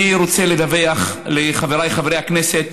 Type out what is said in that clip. אני רוצה לדווח לחבריי חברי הכנסת